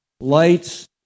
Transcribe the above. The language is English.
Lights